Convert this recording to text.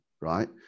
right